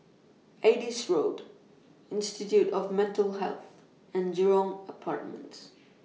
Adis Road Institute of Mental Health and Jurong Apartments